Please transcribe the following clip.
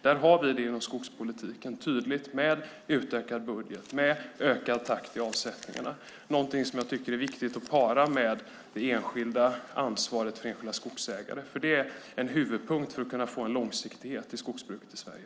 Vi har det tydligt inom skogspolitiken med utökad budget och ökad takt i avsättningarna. Det är något som är viktigt med att para med de enskilda skogsägarnas ansvar. Det är en huvudpunkt för att få en långsiktighet i skogsbruket i Sverige.